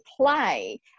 play